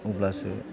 अब्लासो